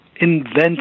invent